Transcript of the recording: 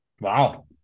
wow